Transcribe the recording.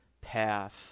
path